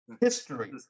history